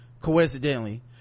coincidentally